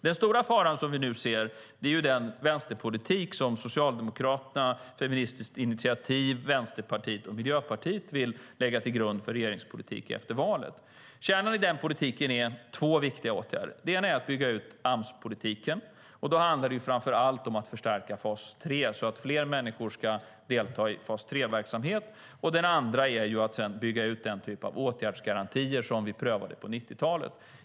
Den stora fara vi nu ser är den vänsterpolitik som Socialdemokraterna, Feministiskt initiativ, Vänsterpartiet och Miljöpartiet vill lägga till grund för regeringspolitiken efter valet. Kärnan i den politiken är två viktiga åtgärder. Den ena är att bygga ut Amspolitiken. Det handlar framför allt om att förstärka fas 3 så att fler människor ska delta i den verksamheten. Den andra är att bygga ut den typ av åtgärdsgarantier som vi prövade på 90-talet.